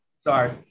Sorry